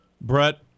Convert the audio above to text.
Brett